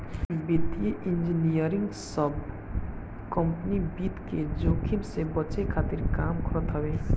वित्तीय इंजनियरिंग सब कंपनी वित्त के जोखिम से बचे खातिर काम करत हवे